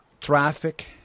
traffic